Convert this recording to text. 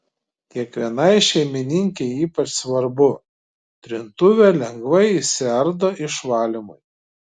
kiekvienai šeimininkei ypač svarbu trintuvė lengvai išsiardo išvalymui